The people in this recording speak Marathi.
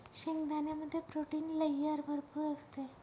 शेंगदाण्यामध्ये प्रोटीन लेयर भरपूर असते